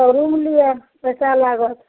तब रूम लिअ पैसा लागत